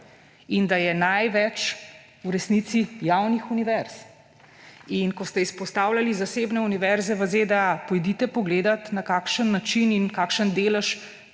in da je največ v resnici javnih univerz. In ko ste izpostavljali zasebne univerze v ZDA, poglejte, na kakšen način in kakšen delež